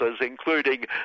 including